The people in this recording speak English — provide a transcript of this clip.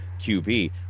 QB